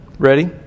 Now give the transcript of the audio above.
Ready